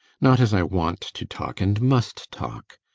not as i want to talk and must talk.